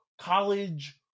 college